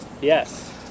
Yes